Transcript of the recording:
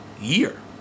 year